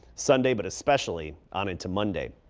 sunday, but especially on into monday.